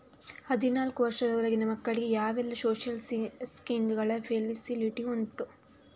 ಹದಿನಾಲ್ಕು ವರ್ಷದ ಒಳಗಿನ ಮಕ್ಕಳಿಗೆ ಯಾವೆಲ್ಲ ಸೋಶಿಯಲ್ ಸ್ಕೀಂಗಳ ಫೆಸಿಲಿಟಿ ಉಂಟು?